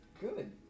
Good